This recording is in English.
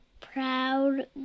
proud